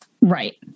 Right